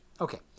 Okay